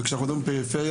וכשאנחנו מדברים פריפריה,